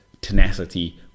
tenacity